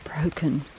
broken